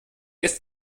ist